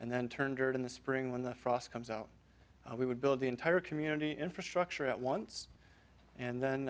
and then turn in the spring when the frost comes out we would build the entire community infrastructure at once and then